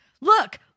look